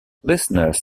listeners